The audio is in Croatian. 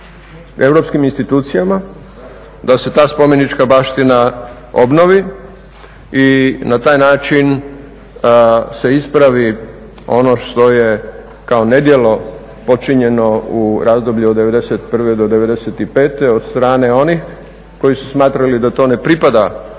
europskim institucijama da se ta spomenička baština obnovi i na taj način se ispravi ono što je kao nedjelo počinjeno u razdoblju od '91. do '95. od strane onih koji su smatrali da to ne pripada hrvatskoj